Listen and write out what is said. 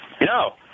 No